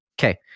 Okay